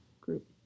group